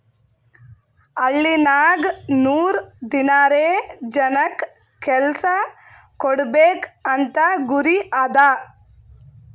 ಹಳ್ಳಿನಾಗ್ ನೂರ್ ದಿನಾರೆ ಜನಕ್ ಕೆಲ್ಸಾ ಕೊಡ್ಬೇಕ್ ಅಂತ ಗುರಿ ಅದಾ